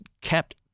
kept